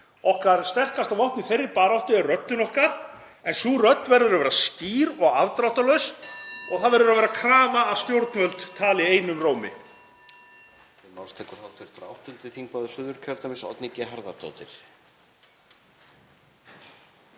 Okkar sterkasta vopn í þeirri baráttu er röddin okkar, en sú rödd verður að vera skýr og afdráttarlaus (Forseti hringir.) og það verður að vera krafa að stjórnvöld tali einum rómi.